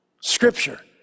scripture